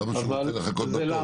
כמה שרוצים לחכות בתור.